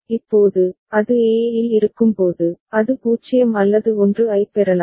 இப்போது அது e இல் இருக்கும்போது அது 0 அல்லது 1 ஐப் பெறலாம்